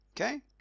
okay